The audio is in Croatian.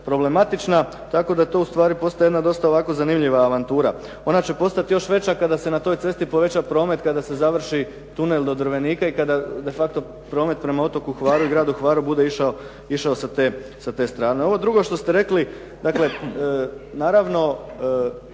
problematična, tako da to ustvari postaje jedna dosta zanimljiva avantura. Ona će postati još veća kada se na toj cesti poveća promet, kada se završi tunel do Drvenika i kada de facto promet prema otoku Hvaru i gradu Hvaru bude išao sa te strane. Ovo drugo što ste rekli dakle naravno,